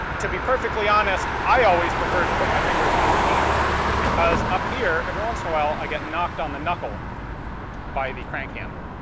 to be perfectly honest, i always prefer to put my fingers underneath because up here, every once in a while, i get knocked on the knuckle by the crank handle.